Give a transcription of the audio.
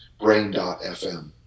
brain.fm